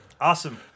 Awesome